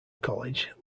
college